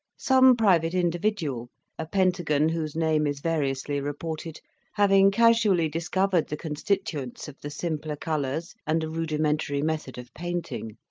some private individual a pentagon whose name is variously reported having casually dis covered the constituents of the simpler colours and a rudimentary method of painting,